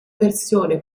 versione